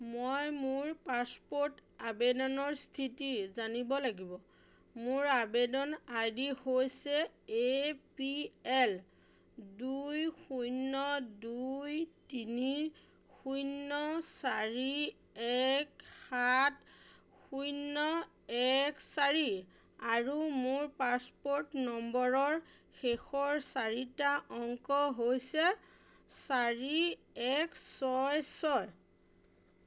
মই মোৰ পাছপোৰ্ট আবেদনৰ স্থিতি জানিব লাগিব মোৰ আবেদন আই ডি হৈছে এ পি এল দুই শূন্য দুই তিনি শূন্য চাৰি এক সাত শূন্য এক চাৰি আৰু মোৰ পাছপোৰ্ট নম্বৰৰ শেষৰ চাৰিটা অংক হৈছে চাৰি এক ছয় ছয়